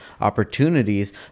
opportunities